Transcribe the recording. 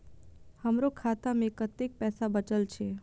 हमरो खाता में कतेक पैसा बचल छे?